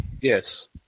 Yes